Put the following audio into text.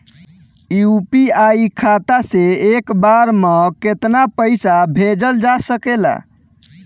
UPI खाता से एक बार म केतना पईसा भेजल जा सकेला?